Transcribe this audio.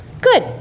good